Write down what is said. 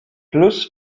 fluss